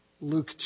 Luke